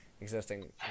existing